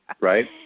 right